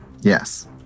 Yes